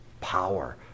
power